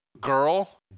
girl